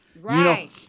Right